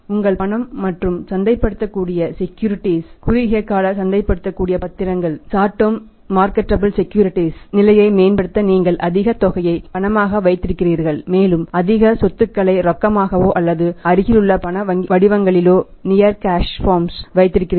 உங்கள் பணம் மற்றும் சந்தைப்படுத்தக்கூடிய செக்யூரிட்டிஸ் வைத்திருக்கிறீர்கள்